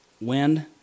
wind